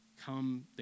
come